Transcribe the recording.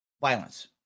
violence